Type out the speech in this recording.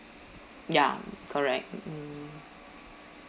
ya correct mm